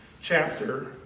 chapter